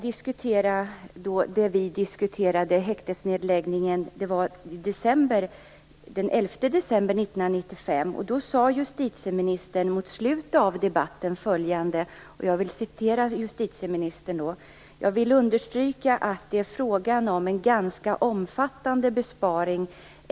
När vi diskuterade häktesnedläggningen här i kammaren den 11 december 1995 sade justitieministern mot slutet av debatten följande:"Jag vill understyrka att det är frågan om en ganska omfattande totalbesparing.